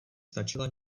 stačila